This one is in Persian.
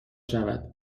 شود